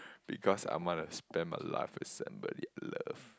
because I wanna spend my life with somebody I love